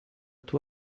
tua